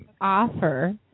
offer